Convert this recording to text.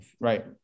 Right